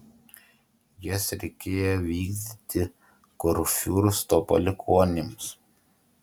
jas reikėjo vykdyti kurfiursto palikuonims